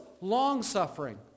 long-suffering